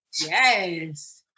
Yes